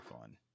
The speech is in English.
fun